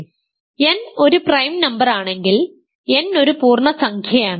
അതിനാൽ n ഒരു prime നമ്പറാണെങ്കിൽ n ഒരു പൂർണ്ണസംഖ്യയാണ്